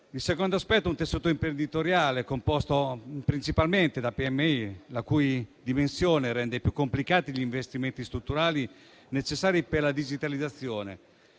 Il secondo aspetto è un tessuto imprenditoriale composto principalmente da piccole e medie imprese, la cui dimensione rende più complicati gli investimenti strutturali necessari per la digitalizzazione